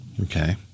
Okay